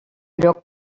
lloc